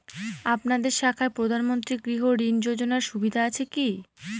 আপনাদের শাখায় প্রধানমন্ত্রী গৃহ ঋণ যোজনার সুবিধা আছে কি?